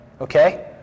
Okay